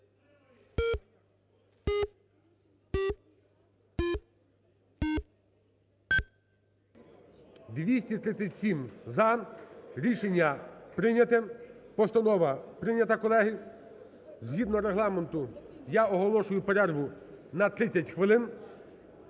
За-237 Рішення прийняте. Постанова прийнята, колеги. Згідно Регламенту я оголошую перерву на 30 хвилин.